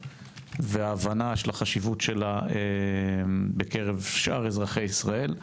וההבנה של החשיבות שלה בקרב שאר אזרחי ישראל.